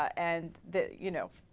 and that you know